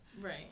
Right